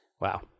Wow